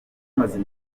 iminsi